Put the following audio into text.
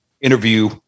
interview